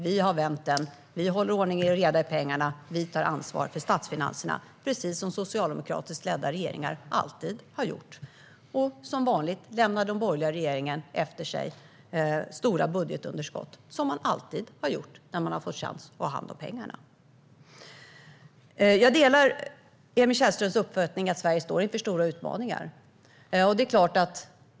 Vi har vänt på den, vi håller ordning och reda på pengarna och vi tar ansvar för statsfinanserna - precis som socialdemokratiskt ledda regeringar alltid har gjort. Som vanligt lämnar den borgerliga regeringen efter sig stora budgetunderskott, som man alltid har gjort när man har fått chansen att ta hand om pengarna. Jag delar Emil Källströms uppfattning att Sverige står inför stora utmaningar.